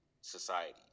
society